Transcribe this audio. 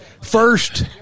First